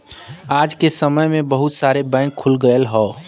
आज के समय में बहुत सारे बैंक खुल गयल हौ